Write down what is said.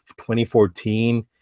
2014